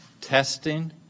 testing